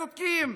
צודקים,